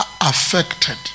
affected